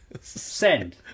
Send